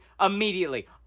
immediately